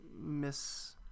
miss